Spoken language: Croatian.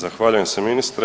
Zahvaljujem se ministre.